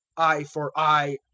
eye for eye,